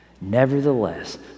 nevertheless